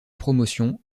promotion